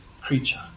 creature